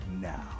now